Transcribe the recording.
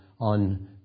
on